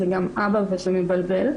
זה גם אבא וזה מבלבל.